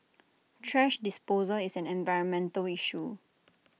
trash disposal is an environmental issue